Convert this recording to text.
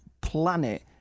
planet